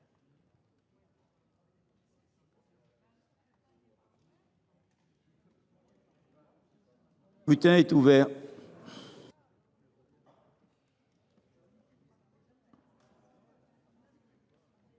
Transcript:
Le scrutin est ouvert.